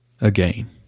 Again